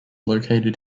located